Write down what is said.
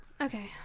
Okay